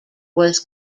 was